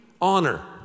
honor